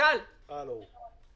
כל החוק צריך את זה.